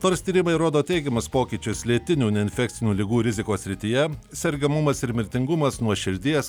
nors tyrimai rodo teigiamus pokyčius lėtinių neinfekcinių ligų rizikos srityje sergamumas ir mirtingumas nuo širdies